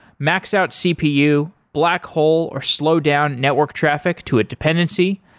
max out cpu, black hole, or slow down network traffic to a dependency,